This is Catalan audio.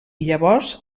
llavors